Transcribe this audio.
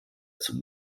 zum